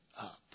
up